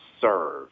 serve